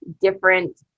different